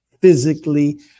physically